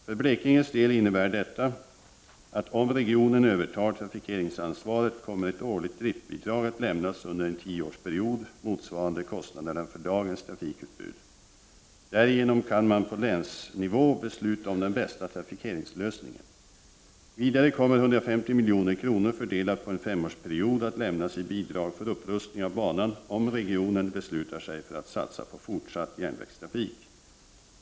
För Blekinges del innebär detta att om regionen övertar trafikeringsansvaret kommer ett årligt driftbidrag motsvarande kostnaderna för dagens trafikutbud att lämnas under en tioårsperiod. Därigenom kan man på länsnivå besluta om den bästa trafikeringslösningen. Vidare kommer 150 milj.kr., fördelat på en femårsperiod, att lämnas i bidrag för upprustning av banan om regionen beslutar sig för att satsa på fortsatt järnvägstrafik.